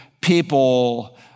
people